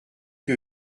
que